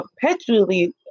perpetually